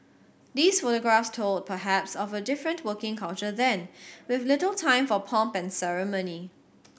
these photographs told perhaps of a different working culture then with little time for pomp and ceremony